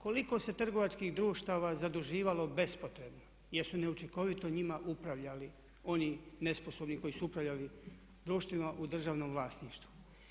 Koliko se trgovačkih društava zaduživalo bespotrebno jer su neučinkovito njima upravljali oni nesposobni koji su upravljali društvima u državnom vlasništvu.